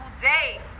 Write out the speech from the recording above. day